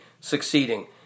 succeeding